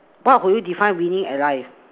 what would you define winning at life